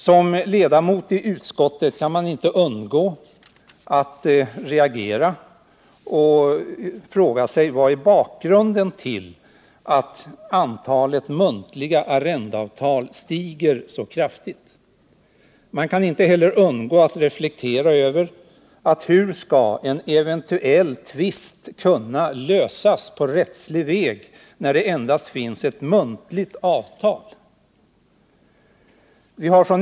Som ledamot i utskottet kan man inte undgå att reagera och fråga sig vad som är bakgrunden till att antalet muntliga arrendeavtal stiger så kraftigt. Man kan inte heller undgå att reflektera över hur en eventuell tvist skall kunna lösas på rättslig väg, när det endast finns ett muntligt avtal.